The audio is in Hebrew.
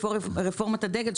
רפורמת הדגל,